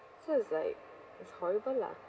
so it's like it's horrible lah